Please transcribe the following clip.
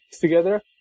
together